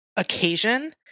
Occasion